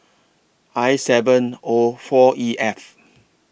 I seven O four E F